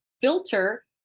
filter